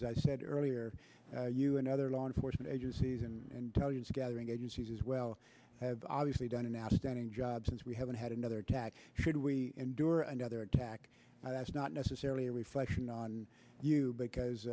s i said earlier you and other law enforcement agencies and tell us gathering agencies as well have obviously done an outstanding job since we haven't had another attack should we endure another attack that's not necessarily a reflection on you